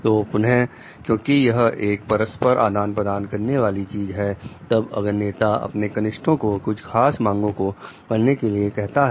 तो पुनः क्योंकि यह एक परस्पर आदान प्रदान करने वाली चीज है तब अगर नेता अपने कनिष्ठ को कुछ खास मांगों को करने के लिए कहता है